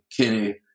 Kenny